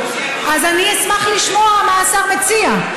אז אני אשמח לשמוע מה השר מציע.